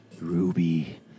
Ruby